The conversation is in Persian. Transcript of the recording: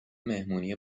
مهمونی